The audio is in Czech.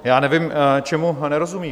Já nevím, čemu nerozumí.